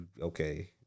okay